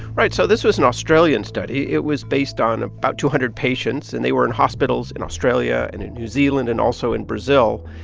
right. so this was an australian study. it was based on about two hundred patients, and they were in hospitals in australia and in new zealand and also in brazil.